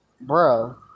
bro